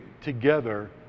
together